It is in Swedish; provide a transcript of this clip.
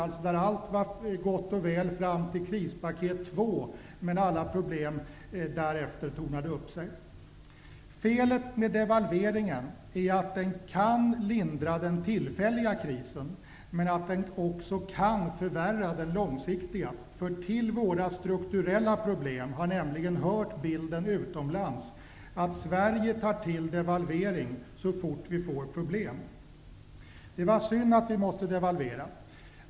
Allt var tydligen gott och väl fram till krispaket 2, men därefter tornade alla problem upp sig. Felet med devalveringen är att den kan lindra den tillfälliga krisen men också kan förvärra den långsiktiga krisen. Till våra strukturella problem har nämligen hört bilden av Sverige utomlands, att vi tar till devalvering så fort vi får problem. Det var synd att vi måste devalvera.